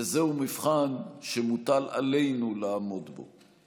וזהו מבחן שמוטל עלינו לעמוד בו.